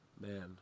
Man